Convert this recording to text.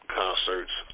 concerts